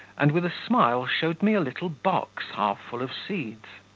and with a smile showed me a little box half full of seeds.